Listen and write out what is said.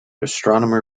astronomer